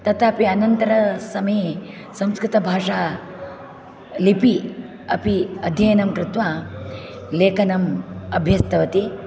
तथापि अनन्तरसमये संस्कृतभाषा लिपि अपि अध्ययनं कृत्वा लेखनम् अभ्यस्तवती